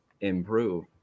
improve